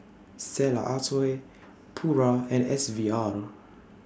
Stella Artois Pura and S V R